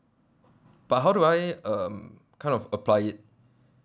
but how do I um kind of apply it